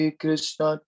krishna